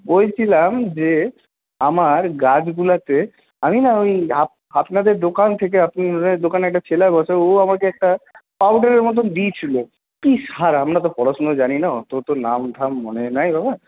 বলছিলাম যে আমার গাছগুলোতে আমি না ওই আপনাদের দোকান থেকে আপনাদের দোকানে একটা ছেলা বসে ও আমাকে একটা পাওডারের মতন দিয়েছিল কী সার আমরা তো পড়াশোনা জানি না অতো তো নাম ঠাম মনে নেই বাবা